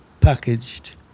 packaged